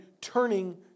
turning